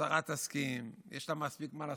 השרה תסכים, יש לה מספיק מה לעשות,